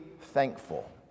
thankful